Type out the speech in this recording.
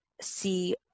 see